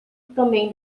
também